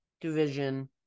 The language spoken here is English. division